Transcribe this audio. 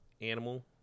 animal